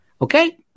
Okay